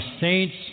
saints